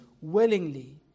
willingly